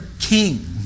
king